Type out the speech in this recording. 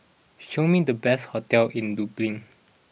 show me the best hotels in Dublin